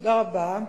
תודה רבה.